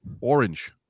orange